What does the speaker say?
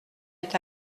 est